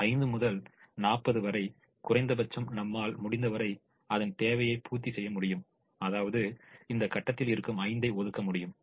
5 முதல் 40 வரை குறைந்தபட்சம் நம்மால் முடிந்தவரை அதன் தேவையை பூர்த்தி செய்ய முடியும் அதாவது இந்த கட்டத்தில் இருக்கும் 5 ஐ ஒதுக்க முடியும்